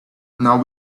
not